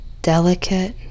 delicate